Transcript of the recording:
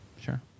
sure